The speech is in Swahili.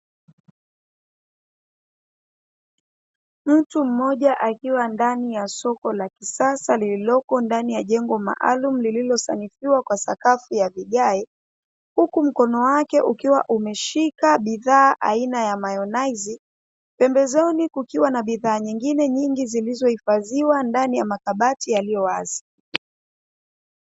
Mtu mmoja akiwa ndani ya soko la kisasa lililopo ndani ya jengo maalumu lililosanisiwa kwa sakafu ya vigae, huku mkono wake ukiwa umeshika bidhaa aina ya mayonaizi, pembezoni kukiwa na bidhaa nyingine nyingi zilizohifadhiwa ndani ya makabati yaliyowazi.